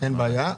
אין בעיה.